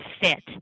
fit